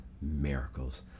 miracles